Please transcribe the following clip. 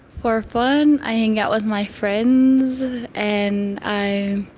for fun, i hang out with my friends and i.